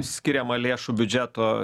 skiriama lėšų biudžeto